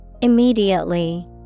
Immediately